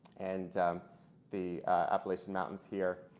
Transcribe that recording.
and the appalachian mountains here.